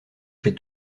chez